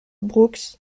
brooks